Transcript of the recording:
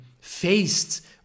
faced